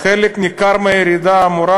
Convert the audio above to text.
"חלק ניכר מהירידה האמורה